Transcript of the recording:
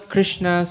Krishna